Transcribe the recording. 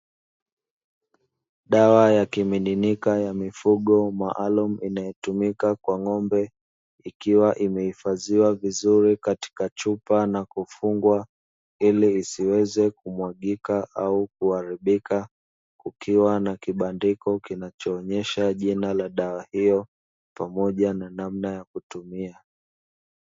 Dawa ya kimiminika ya mifugo maalumu inayotumika kwa ng'ombe, ikiwa imehifadhiwa vizuri katika chupa na kufungwa ili isiweze kumwagika au kuharibika, kukiwa na kibandiko kinachoonyesha jina la dawa hiyo, pamoja na namna ya kutumia.